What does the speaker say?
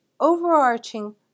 overarching